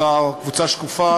אותה קבוצה שקופה,